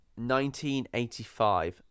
1985